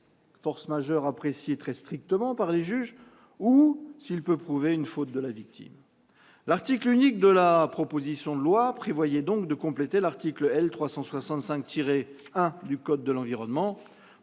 force majeure- notion appréciée très strictement par les juges -ou d'une faute de la victime. L'article unique de la proposition de loi prévoyait donc de compléter l'article L. 365-1 du code de l'environnement,